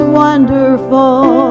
wonderful